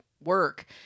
work